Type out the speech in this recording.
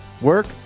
work